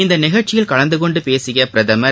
இந்நிகழ்ச்சியில் கலந்தகொண்டு பேசிய பிரதமர்